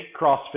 crossfit